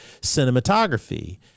cinematography